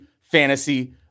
fantasy